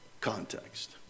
context